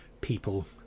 people